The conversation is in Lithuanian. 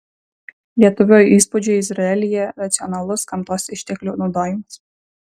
lietuvio įspūdžiai izraelyje racionalus gamtos išteklių naudojimas